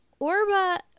Orba